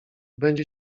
będzie